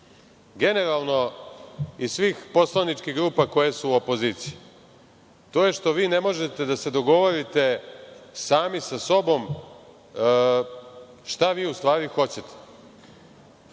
generalno iz svih poslaničkih grupa koje su opozicija, to je što vi ne možete da se dogovorite sami sa sobom šta vi u stvari hoćete.